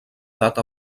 edat